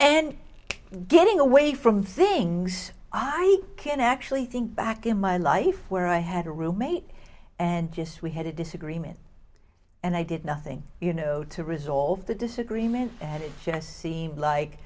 and getting away from things i can actually think back in my life where i had a roommate and just we had a disagreement and i did nothing you know to resolve the disagreement and it just seemed like